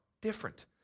different